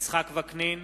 יצחק וקנין,